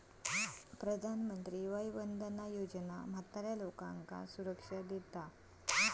प्रधानमंत्री वय वंदना योजना म्हाताऱ्या लोकांका सुरक्षा देता